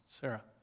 Sarah